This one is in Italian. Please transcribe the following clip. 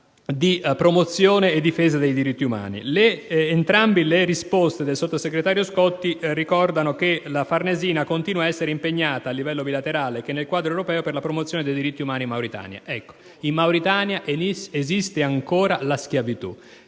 di promozione e di difesa dei diritti umani. Entrambe le risposte del sottosegretario Scotti ricordano che la Farnesina continua ad essere impegnata, a livello bilaterale e nel quadro europeo, per la promozione dei diritti umani in Mauritania, dove esiste ancora la schiavitù.